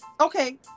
okay